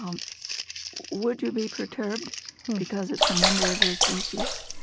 um would you be perturbed because it's a member of your species?